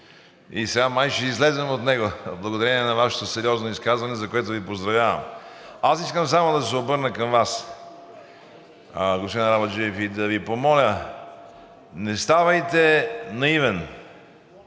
и сега май ще излезем от него благодарение на Вашето сериозно изказване, за което Ви поздравявам. Аз искам само да се обърна към Вас, господин Арабаджиев, и да Ви помоля, не ставайте наивен.